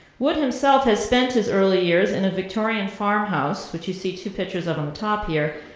wood himself had spent his early years in a victorian farmhouse, which you see two pictures of on top here,